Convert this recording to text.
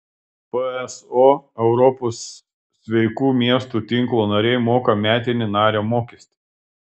pso europos sveikų miestų tinklo nariai moka metinį nario mokestį